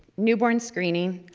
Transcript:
newborn screening,